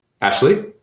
Ashley